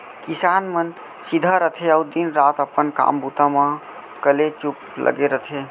किसान मन सीधा रथें अउ दिन रात अपन काम बूता म कलेचुप लगे रथें